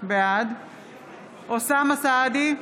בעד אוסאמה סעדי,